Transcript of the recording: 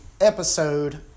episode